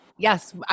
Yes